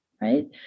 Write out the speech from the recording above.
Right